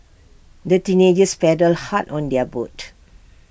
the teenagers paddled hard on their boat